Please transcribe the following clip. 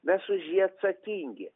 mes už jį atsakingi